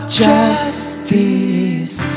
justice